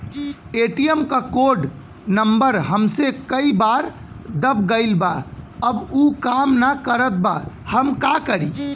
ATM क code number हमसे कई बार दब गईल बा अब उ काम ना करत बा हम का करी?